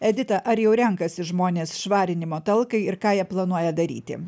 edita ar jau renkasi žmonės švarinimo talkai ir ką jie planuoja daryti